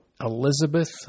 Elizabeth